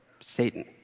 Satan